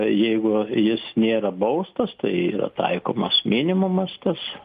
jeigu jis nėra baustas tai yra taikomas minimumas tas